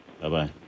Bye-bye